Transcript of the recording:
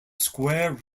square